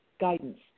guidance